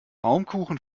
baumkuchen